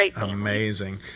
amazing